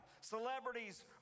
Celebrities